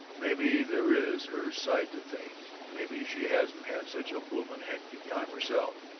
maybe there is her side to things. maybe she hasn't had such a bloomin' hectic time herself.